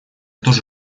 тоже